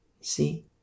See